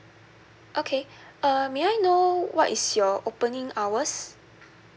okay uh may I know what is your opening hours